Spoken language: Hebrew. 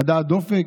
לדעת דופק,